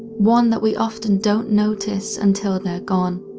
one that we often don't notice until they're gone.